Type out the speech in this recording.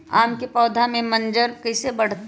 आम क पौधा म मजर म कैसे बढ़त होई?